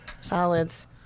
Solids